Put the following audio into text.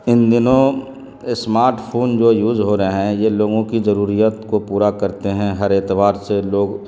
ان دنوں smart phone جو use ہو رہے ہیں یہ لوگوں کی ضروریات کو پورا کرتے ہیں ہر اعتبار سے لوگ